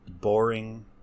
boring